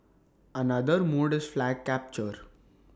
another mode is flag capture